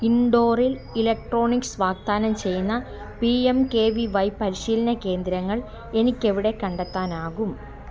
ഇൻഡോറിൽ ഇലക്ട്രോണിക്സ് വാഗ്ദാനം ചെയ്യുന്ന P M K V Y പരിശീലന കേന്ദ്രങ്ങൾ എനിക്ക് എവിടെ കണ്ടെത്താനാകും